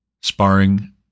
sparring